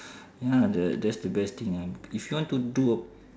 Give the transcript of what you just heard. ya the that's the best thing I if you want to do a